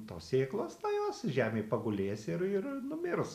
tos sėklos tai jos žemėj pagulės ir ir numirs